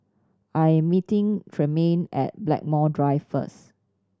I am meeting Tremaine at Blackmore Drive first